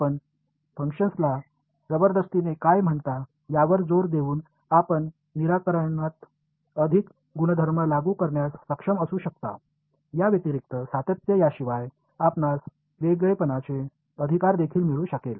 आपण फंक्शनला जबरदस्तीने काय म्हणता यावर जोर देऊन आपण निराकरणात अधिक गुणधर्म लागू करण्यास सक्षम असू शकता याव्यतिरिक्त सातत्य याशिवाय आपणास वेगळेपणाचे अधिकार देखील मिळू शकेल